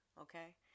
okay